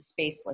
spaceless